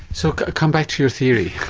so ah come back to your theory